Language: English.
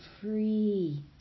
free